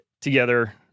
together